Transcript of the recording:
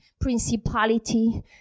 principality